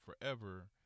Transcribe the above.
forever